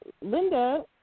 Linda